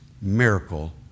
miracle